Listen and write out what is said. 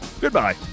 Goodbye